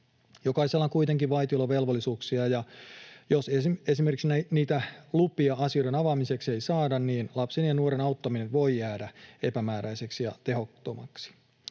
Jokaisella on kuitenkin vaitiolovelvollisuuksia, ja jos esimerkiksi niitä lupia asioiden avaamiseksi ei saada, niin lapsen ja nuoren auttaminen voi jäädä epämääräiseksi ja tehottomaksi.